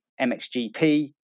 MXGP